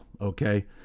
okay